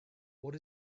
what